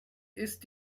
ist